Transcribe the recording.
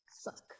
suck